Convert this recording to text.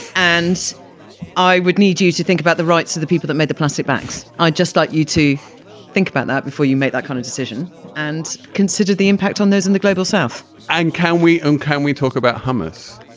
and i would need you to think about the rights of the people that made the plastic bags. i'd just like you to think about that before you make that kind of decision and consider the impact on those in the global south and can we, um, can we talk about hummus?